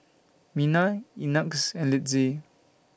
Mena Ignatz and Linzy